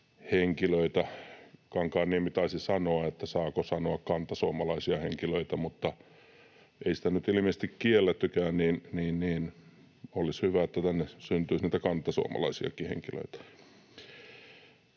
Kankaanniemi taisi sanoa, että saako sanoa ”kantasuomalaisia henkilöitä”, ja ei sitä nyt ilmeisesti kiellettykään, niin että olisi hyvä, että tänne syntyisi niitä kantasuomalaisiakin henkilöitä.